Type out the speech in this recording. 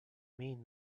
mean